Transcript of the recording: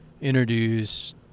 introduce